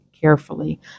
carefully